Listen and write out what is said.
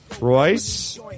Royce